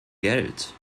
geld